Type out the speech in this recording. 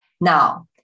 Now